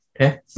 okay